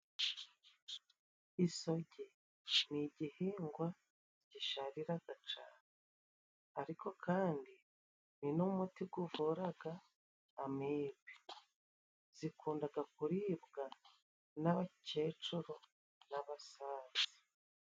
Isogi ni igihingwa gishariraga cane ariko kandi ni n'umuti guvuraga amibe. Zikundaga kuribwa n'abakecuru n'abasaza.